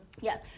Yes